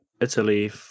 Italy